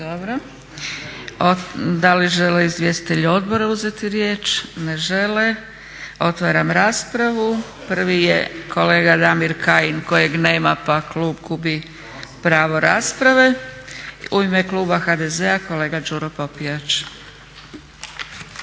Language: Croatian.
se./… Da li žele izvjestitelji odbora uzeti riječ? Ne žele. Otvaram raspravu. Prvi je kolega Damir Kajin kojeg nema pa klub gubi pravo rasprave. U ime kluba HDZ-a kolega Đuro Popijač.